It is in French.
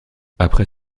après